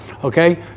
Okay